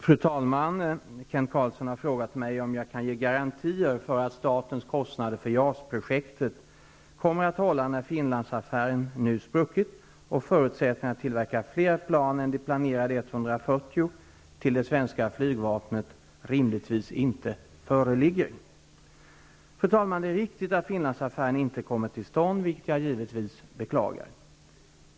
Fru talman! Kent Carlsson har frågat mig om jag kan ge garantier för att statens kostnader för JAS projektet kommer att hålla när Finlandsaffären nu spruckit och ''förutsättningen'' för att tillverka fler plan än de planerade 140 till det svenska flygvapnet rimligtvis inte föreligger. Det är riktigt att Finlandsaffären inte kommer till stånd, vilket jag givetvis beklagar.